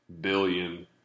billion